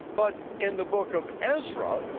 but in the book of ezra,